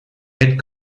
had